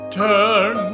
turn